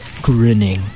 grinning